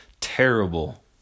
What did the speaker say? terrible